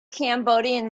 cambodian